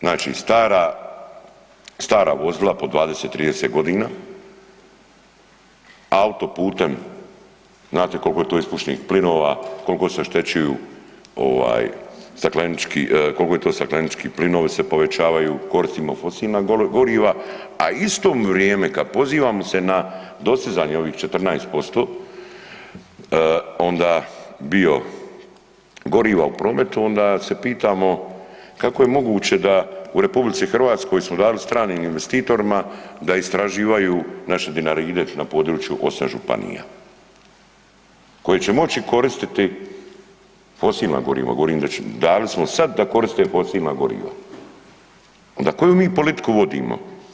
Znači stara vozila po 20, 30 godina, autoputem, znate koliko je to ispušnih plinova, koliko se oštećuju, koliko se to staklenički plinovi povećavaju, koristimo fosilna goriva, a u isto vrijeme kad pozivamo se na ovih dostizanje ovih 14% onda biogoriva u prometu onda se pitamo kako je moguće da smo u RH dali stranim investitorima da istraživaju naše Dinaride na području osam županija koje će moći koristiti fosilna goriva, govorim dali smo sad da koriste fosilna goriva, onda koju mi politiku vodimo?